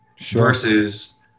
Versus